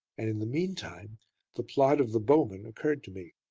and in the meantime the plot of the bowmen occurred to me.